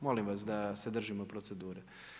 Molim vas da se držimo procedure.